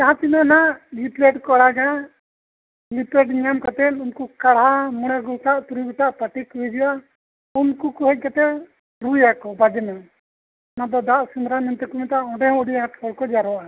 ᱡᱟᱦᱟᱸ ᱛᱤᱱᱟᱹᱜ ᱱᱟᱦᱟᱜ ᱞᱤᱯᱷᱞᱮᱴ ᱠᱚᱲᱟ ᱜᱮ ᱱᱟᱦᱟᱜ ᱞᱤᱯᱷᱞᱮᱴ ᱠᱚ ᱟᱲᱟᱜᱟ ᱧᱟᱢ ᱠᱟᱛᱮᱫ ᱩᱱᱠᱩ ᱠᱟᱬᱦᱟ ᱢᱚᱬᱮ ᱜᱚᱴᱟ ᱛᱩᱨᱩᱭ ᱜᱚᱴᱟᱜ ᱯᱟᱹᱴᱤ ᱠᱚ ᱦᱤᱡᱩᱜᱼᱟ ᱩᱱᱠᱩ ᱠᱚ ᱦᱮᱡ ᱠᱟᱛᱮᱫ ᱨᱩᱻᱭᱟ ᱠᱚ ᱵᱟᱡᱽᱱᱟ ᱚᱱᱟ ᱫᱚ ᱫᱟᱜ ᱥᱮᱸᱫᱽᱨᱟ ᱢᱮᱱᱛᱮᱫ ᱠᱚ ᱢᱮᱛᱟᱜᱼᱟ ᱚᱸᱰᱮ ᱦᱚᱸ ᱟᱹᱰᱤ ᱟᱸᱴ ᱦᱚᱲ ᱠᱚ ᱡᱟᱨᱚᱣᱟᱜᱼᱟ